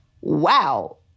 wow